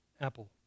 apple